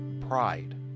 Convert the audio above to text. pride